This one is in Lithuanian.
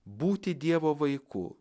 būti dievo vaiku